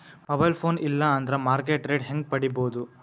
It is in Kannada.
ಮೊಬೈಲ್ ಫೋನ್ ಇಲ್ಲಾ ಅಂದ್ರ ಮಾರ್ಕೆಟ್ ರೇಟ್ ಹೆಂಗ್ ಪಡಿಬೋದು?